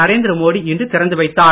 நரேந்திர மோடி இன்று திறந்து வைத்தார்